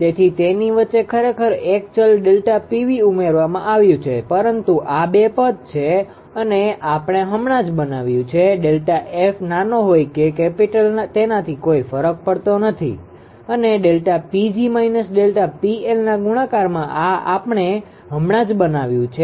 તેથી તેની વચ્ચે ખરેખર એક ચલ ΔPv ઉમેરવામાં આવ્યું છે પરંતુ આ બે પદ છે અને આપણે હમણાં જ બનાવ્યું છે Δf નાનો હોઈ કે કેપિટલ તેનાથી કોઈ ફેર પડતો નથી અને ΔPg − ΔPLના ગુણાકારમાં આ આપણે હમણાં જ બનાવ્યું છે